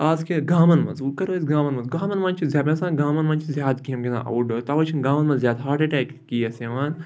آز کیٛاہ گامَن منٛز وٕ کرو أسۍ گامَن منٛز گامَن منٛز چھِ زَبہِ آسان گامَن منٛز چھِ زیادٕ گیمہٕ گِنٛدان آوُٹ ڈور تَوَے چھِنہٕ گامَن منٛز زیادٕ ہاٹ اَٹیک کیس یِوان